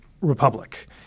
Republic